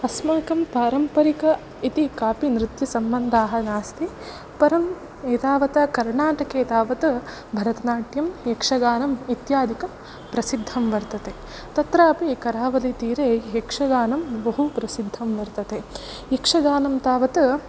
अस्माकं पारम्परिक इति कापि नृत्यसम्बन्धाः नास्ति परम् एतावता कर्नाटके तावत् भतरनाट्यं यक्षगानम् इत्यादिकं प्रसिद्धं वर्तते तत्रापि करावलीतीरे यक्षगानं बहु प्रसिद्धं वर्तते यक्षगानं तावत्